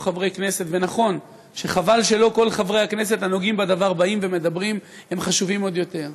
חברי חברי הכנסת, אני מבקש להודיע הודעה: